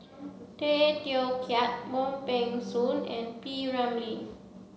Tay Teow Kiat Wong Peng Soon and P Ramlee